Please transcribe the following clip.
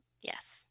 yes